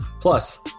Plus